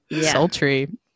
sultry